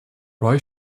roy